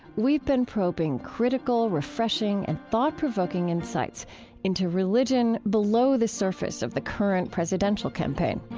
we've been probing critical, refreshing, and thought-provoking insights into religion below the surface of the current presidential campaign